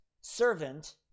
servant